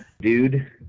Dude